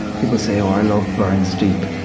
people say, oh, our love burns deep.